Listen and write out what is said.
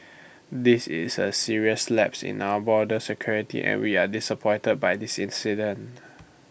this is A serious lapse in our border security and we are disappointed by this incident